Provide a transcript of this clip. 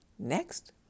Next